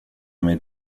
mig